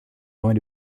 going